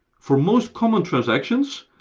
for most common transactions,